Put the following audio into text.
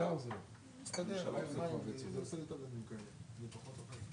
מי שהופך להיות קשיש בתוך 15 שנים,